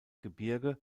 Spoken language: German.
gebirge